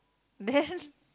then